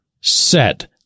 set